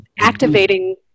Activating